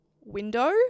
window